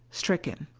stricken.